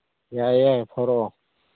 ꯌꯥꯏ ꯌꯥꯏ ꯐꯣꯔꯣꯑꯣ